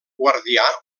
guardià